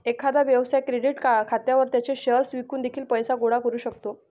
एखादा व्यवसाय क्रेडिट खात्यावर त्याचे शेअर्स विकून देखील पैसे गोळा करू शकतो